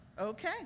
Okay